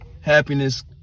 happiness